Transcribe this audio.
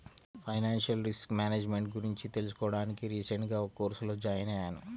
financial risk management గురించి తెలుసుకోడానికి recent గా ఒక కోర్సులో జాయిన్ అయ్యాను